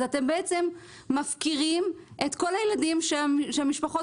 אז אתם בעצם מפקירים את כל הילדים שהמשפחות